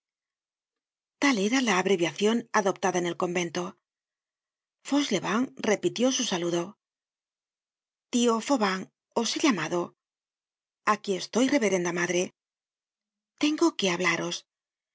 tal era la abreviacion adoptada en el convento fauchelevent repitió su saludo tio fauvent os he llamado aquí estoy reverenda madre tengo que hablaros